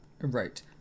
Right